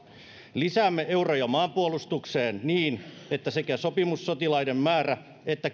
lisäämme euroja maanpuolustukseen niin että sekä sopimussotilaiden määrää että